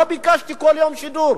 לא ביקשתי כל יום שידור,